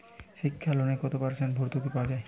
শিক্ষা লোনে কত পার্সেন্ট ভূর্তুকি পাওয়া য়ায়?